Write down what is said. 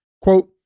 Quote